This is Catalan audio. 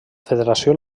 federació